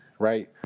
Right